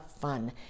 fun